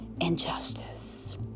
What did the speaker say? injustice